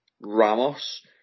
Ramos